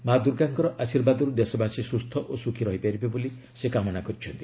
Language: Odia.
ମାଆ ଦୁର୍ଗାଙ୍କର ଆଶୀର୍ବାଦରୁ ଦେଶବାସୀ ସୁସ୍ଥ ଓ ସୁଖୀ ରହିପାରିବେ ବୋଲି ସେ କାମନା କରିଛନ୍ତି